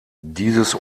dieses